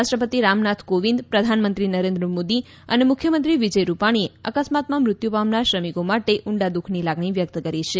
રાષ્ટ્રપતિ રામનાથ કોવિંદ પ્રધાનમંત્રી નરેન્દ્ર મોદી અને મુખ્યમંત્રી વિજય રૂપાણીએ અકસ્માતમાં મૃત્યુ પામનાર શ્રમિકો માટે ઉંડા દુઃખની લાગણી વ્યક્ત કરી છે